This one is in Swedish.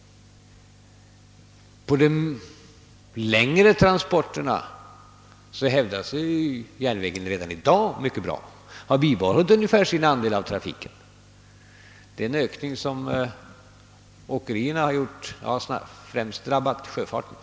På de längre transporterna hävdar sig ju järnvägen redan i dag mycket bra, den har i stort sett bibehållit sin andel av trafiken. Den ökning andelsmässigt som åkerierna har gjort har främst gått ut över sjöfarten.